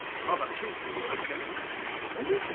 we can't have two funeral homes, can we? can't we?